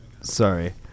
sorry